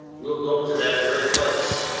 we'll go to that very place!